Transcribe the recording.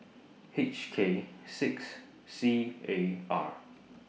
H K six C A R